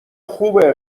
خوبه